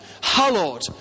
hallowed